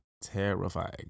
terrifying